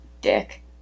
dick